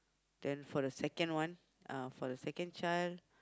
then for the second one uh for the second child